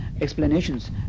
explanations